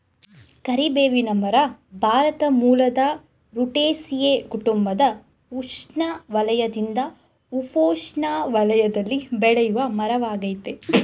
ಕರಿಬೇವಿನ ಮರ ಭಾರತ ಮೂಲದ ರುಟೇಸಿಯೇ ಕುಟುಂಬದ ಉಷ್ಣವಲಯದಿಂದ ಉಪೋಷ್ಣ ವಲಯದಲ್ಲಿ ಬೆಳೆಯುವಮರವಾಗಯ್ತೆ